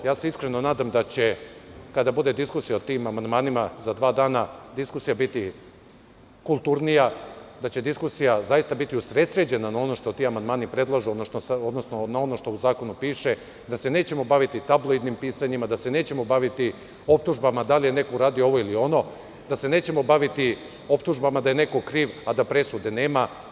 Iskreno se nadam da će kada bude diskusija o tim amandmanima za dva dana, diskusija biti kulturnija, da će diskusija zaista usredsređena na ono što ti amandmani predlažu, odnosno na ono što u zakonu piše, da se nećemo baviti tabloidnim pisanjima, da se nećemo baviti optužbama da li je neko uradio ovo ili ono, da se nećemo baviti optužbama da je neko kriv a da presuda nema.